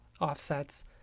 offsets